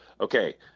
Okay